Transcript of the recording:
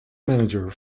manager